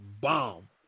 bomb